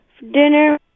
dinner